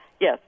Yes